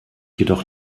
jedoch